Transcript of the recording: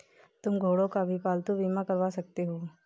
तुम घोड़ों का भी पालतू बीमा करवा सकते हो